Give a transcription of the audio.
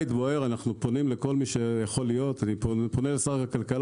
אנו פונים לשר הכלכלה,